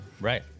right